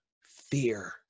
Fear